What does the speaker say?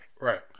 Right